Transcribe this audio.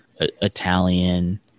Italian